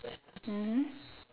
mm